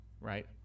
right